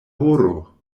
horo